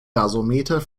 gasometer